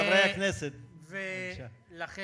חברי הכנסת, בבקשה.